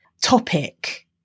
topic